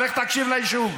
לך תקשיב ליישוב.